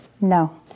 No